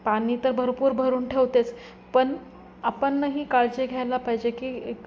पाणी तर भरपूर भरून ठेवतेच पण आपणही काळजी घ्यायला पाहिजे की